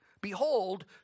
behold